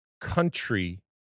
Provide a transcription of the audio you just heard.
country